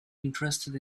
interested